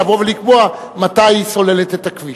לבוא ולקבוע מתי היא סוללת את הכביש.